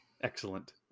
Excellent